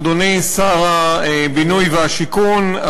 אדוני שר הבינוי והשיכון,